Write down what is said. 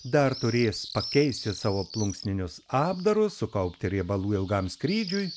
dar turės pakeisti savo plunksninius apdarus sukaupti riebalų ilgam skrydžiui